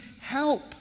help